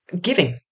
giving